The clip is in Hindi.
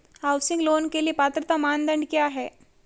हाउसिंग लोंन के लिए पात्रता मानदंड क्या हैं?